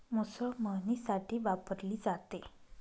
मुसळ मळणीसाठी वापरली जाते